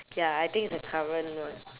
ya I think it's the current one